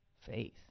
faith